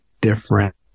different